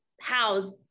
house